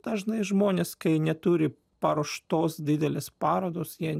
dažnai žmonės kai neturi paruoštos didelės parodos jie